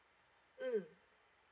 mm